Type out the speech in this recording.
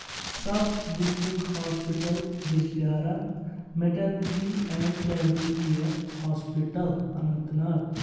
sub district hospital Bijbehara maternity and child care hospital Anant Nag